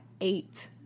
eight